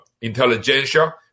intelligentsia